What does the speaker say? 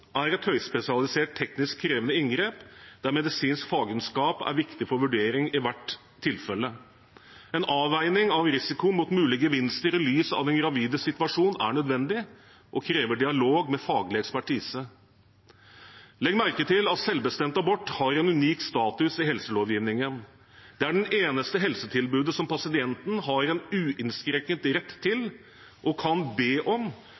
er et høyspesialisert teknisk krevende inngrep der medisinsk fagkunnskap er viktig for vurdering for hvert tilfelle. En avveining av risiko mot mulige gevinster i lys av den gravides situasjon er nødvendig og krever dialog med faglig ekspertise. Legg merke til at selvbestemt abort har en unik status i helselovgivningen. Det er det eneste helsetilbudet pasienten har en uinnskrenket rett til, og kan be om